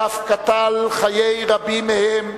ואף קטל חיי רבים מהם,